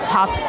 Top